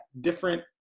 different